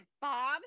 Bob